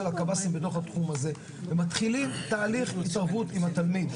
הקבסי"ם בתחום הזה ומתחילים תהליך התערבות עם התלמיד.